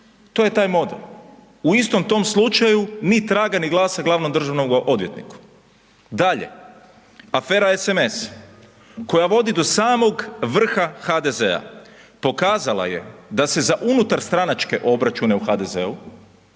To je taj model. U istom tom slučaju ni traga ni glasa glavnom državnom odvjetniku. Dalje, afera SMS koja vodi do samog vrha HDZ-a pokazala je da se za unutarstranačke obračune u HDZ-u